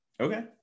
okay